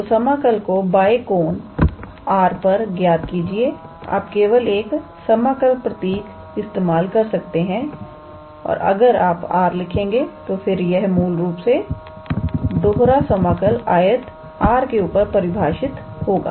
तो समाकल को बाय कोण R पर ज्ञात आप केवल एक समाकल प्रतीक इस्तेमाल कर सकते हैं और अगर आप R लिखेंगे तो फिर यह मूल रूप से दोहरा समाकल आयत R के ऊपर परिभाषित होगा